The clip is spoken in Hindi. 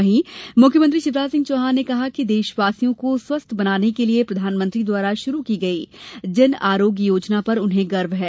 वहीं मुख्यमंत्री शिवराज सिंह चौहान ने कहा कि देशवासियों को स्वस्थ बनाने के लिए प्रधानमंत्री द्वारा शुरू की गयी जन आरोग्य योजना पर उन्हें गर्व है